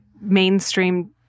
mainstream